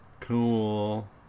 cool